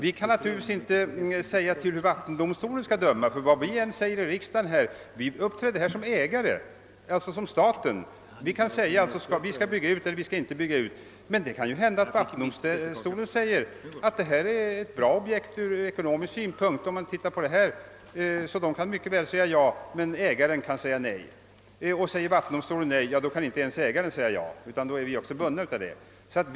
Vi kan naturligtvis inte säga hur vattendomstolen skall döma ty vi uppträder här som ägare, alltså som staten. Vi kan säga: Vi skall bygga ut — vi skall inte bygga ut. Men det kan hända att vattendomstolen säger att detta är ett bra objekt ur ekonomisk synpunkt om man tittar på det, så den kan mycket väl säga ja, men ägaren kan säga nej. Säger vattendomstolen nej, då kan inte ens ägaren säga ja, utan då är vi också bundna av det.